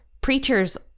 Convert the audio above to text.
preachers